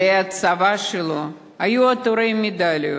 מדי הצבא שלו היו עטורי מדליות.